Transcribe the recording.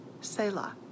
Selah